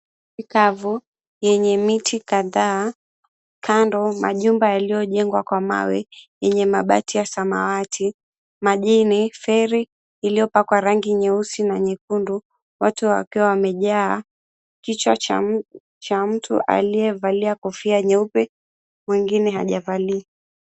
Kavu yenye miti kadhaa, kando majumba yaliyojengwa kwa mawe yenye mabati ya samawati. Majini feri iliyopakwa rangi nyeusi na nyekundu, watu wakiwa wamejaa. Kichwa cha mtu aliyevalia kofia nyeupe, mwengine hajavalia.